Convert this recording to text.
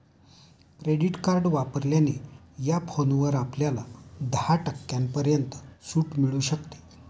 credit card वापरल्याने या फोनवर आपल्याला दहा टक्क्यांपर्यंत सूट मिळू शकते